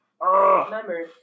Remember